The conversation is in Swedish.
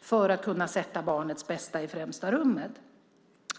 för att sätta barnets bästa i främsta rummet.